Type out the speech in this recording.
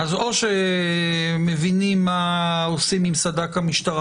אז או שמבינים מה עושים עם סד"כ המשטרה